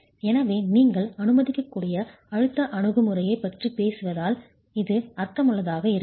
எனவே நீங்கள் அனுமதிக்கக்கூடிய அழுத்த அணுகுமுறையைப் பற்றி பேசுவதால் இது அர்த்தமுள்ளதாக இருக்கிறது